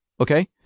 Okay